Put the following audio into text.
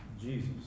Jesus